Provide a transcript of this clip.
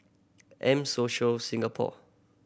M Social Singapore